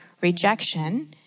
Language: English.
rejection